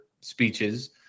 speeches